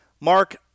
Mark